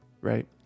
right